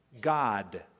God